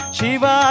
Shiva